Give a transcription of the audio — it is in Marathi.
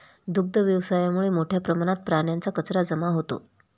दुग्ध व्यवसायामुळे मोठ्या प्रमाणात प्राण्यांचा कचरा जमा होतो